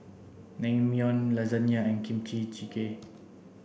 Naengmyeon Lasagna and Kimchi Jjigae